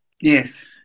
Yes